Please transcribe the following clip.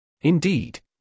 Indeed